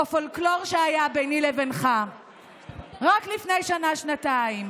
בפולקלור שהיה ביני לבינך רק לפני שנה-שנתיים.